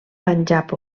panjab